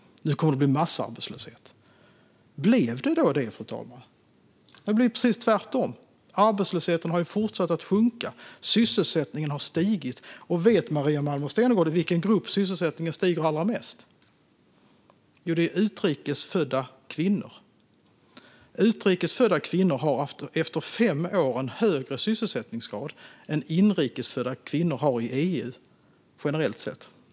Nu kommer det att bli massarbetslöshet. Blev det då det, fru talman? Nej, det blev precis tvärtom. Arbetslösheten har fortsatt sjunka. Sysselsättningen har stigit. Vet Maria Malmer Stenergard i vilken grupp sysselsättningen stiger allra mest? Det är i gruppen utrikes födda kvinnor. Utrikes födda kvinnor har efter fem år en högre sysselsättningsgrad än inrikes födda kvinnor har i EU, generellt sett.